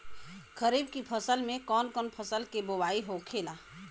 खरीफ की फसल में कौन कौन फसल के बोवाई होखेला?